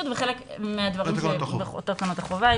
וחלק מהדברים הם חלק מתקנות החובה.